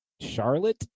charlotte